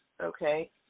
okay